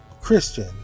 christian